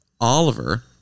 Oliver